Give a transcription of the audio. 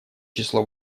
число